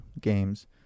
games